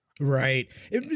Right